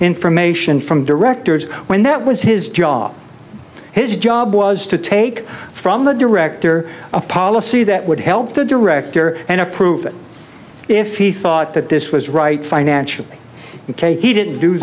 information from director's when that was his job his job was to take from the director of policy that would help the director and approve if he thought that this was right financially ok he didn't do